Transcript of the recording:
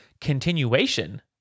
continuation